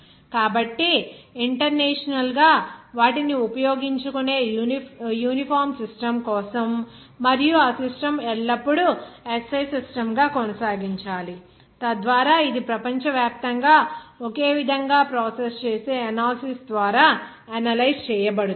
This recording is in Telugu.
కాబట్టి ఇంటర్నేషనల్ గా వాటిని ఉపయోగించుకునే యూనిఫామ్ సిస్టమ్ కోసం మరియు ఆ సిస్టమ్ ను ఎల్లప్పుడూ SI సిస్టమ్ గా కొనసాగించాలి తద్వారా ఇది ప్రపంచవ్యాప్తంగా ఒకే విధంగా ప్రాసెస్ చేసే ఎనాలిసిస్ ద్వారా అనలైజ్ చేయబడుతుంది